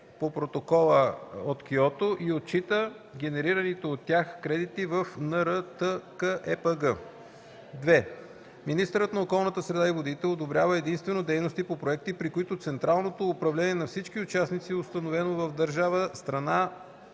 по Протокола от Киото, и отчита генерираните от тях кредити в НРТКЕПГ. (2) Министърът на околната среда и водите одобрява единствено дейности по проекти, при които централното управление на всички участници е установено в държава – страна